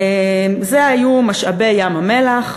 זה היו משאבי ים-המלח,